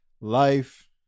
life